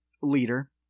leader